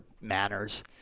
manners